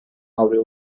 avroya